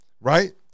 right